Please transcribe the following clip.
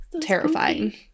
terrifying